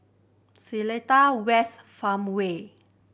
Seletar West Farmway